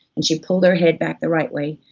and she pulled her head back the right way,